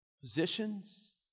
positions